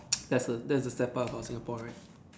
that's a that's a step up about Singapore right